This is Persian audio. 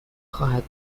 خواهد